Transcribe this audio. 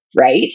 right